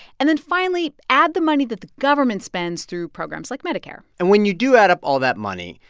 and then finally add the money that the government spends through programs like medicare and when you do add up all that money,